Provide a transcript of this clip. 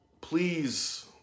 please